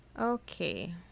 Okay